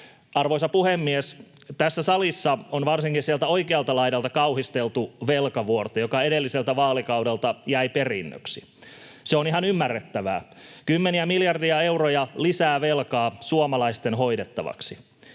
Arvoisa puhemies! Tässä salissa on varsinkin sieltä oikealta laidalta kauhisteltu velkavuorta, joka edelliseltä vaalikaudelta jäi perinnöksi. Se on ihan ymmärrettävää: kymmeniä miljardeja euroja lisää velkaa suomalaisten hoidettavaksi.